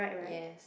yes